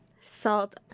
salt